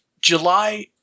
July